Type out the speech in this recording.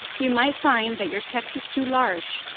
you might find that your text is too large.